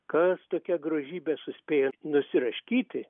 kas tokią grožybę suspėjęs nusiraškyti